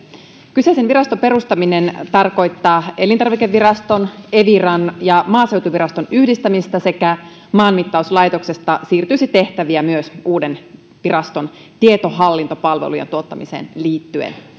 kyseisen viraston perustaminen tarkoittaa elintarvikeviraston eviran ja maaseutuviraston yhdistämistä ja myös maanmittauslaitoksesta siirtyisi tehtäviä uuden viraston tietohallintopalvelujen tuottamiseen liittyen